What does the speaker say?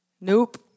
Nope